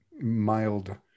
mild